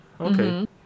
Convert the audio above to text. Okay